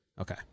Okay